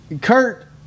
Kurt